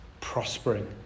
prospering